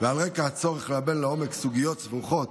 ועל רקע הצורך ללבן לעומק סוגיות סבוכות